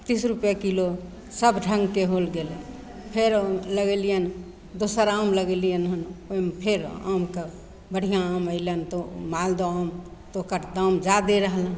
तीस रुपैए किलो सब ढङ्गके होल गेलै फेर लगेलिअनि दोसर आम लगेलिअनि हँ ओहिमे फेर आमके बढ़िआँ आम अएलनि तऽ मालदह आम तऽ ओकर दाम जादे रहलनि